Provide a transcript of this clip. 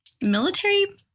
military